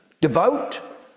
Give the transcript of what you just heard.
Devout